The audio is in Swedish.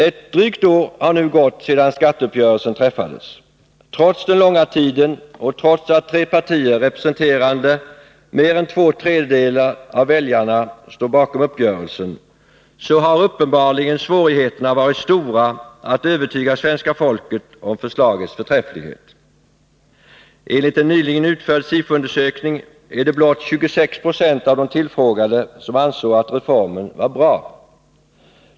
Ett drygt år har nu gått sedan skatteuppgörelsen träffades. Trots den långa tiden och trots att tre partier, representerande mer än två tredjedelar av väljarna, står bakom uppgörelsen, har uppenbarligen svårigheterna varit stora att övertyga svenska folket om förslagets förträfflighet. Enligt en nyligen utförd Sifoundersökning var det blott 26 96 av de tillfrågade som ansåg att reformen var bra.